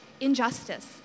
injustice